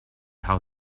how